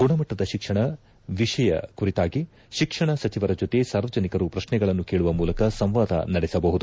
ಗುಣಮಟ್ಟದ ಶಿಕ್ಷಣ ವಿಷಯ ಕುರಿತಾಗಿ ಶಿಕ್ಷಣ ಸಚಿವರ ಜೊತೆ ಸಾರ್ವಜನಿಕರು ಪ್ರಶ್ನೆಗಳನ್ನು ಕೇಳುವ ಮೂಲಕ ಸಂವಾದ ನಡೆಸಬಹುದು